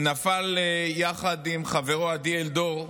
נפל יחד עם חברו עדי אלדור,